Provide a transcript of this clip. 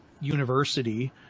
university